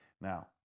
now